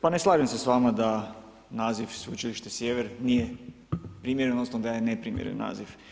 Pa ne slažem se s vama da naziv Sveučilište Sjever nije primjereno odnosno da je neprimjeren naziv.